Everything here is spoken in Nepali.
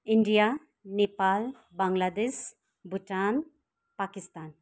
इन्डिया नेपाल बाङलादेश भुटान पाकिस्तान